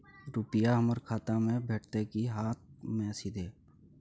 रुपिया हमर खाता में भेटतै कि हाँथ मे सीधे?